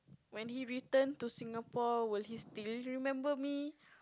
when he returned to Singapore will he still remember me